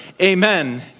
Amen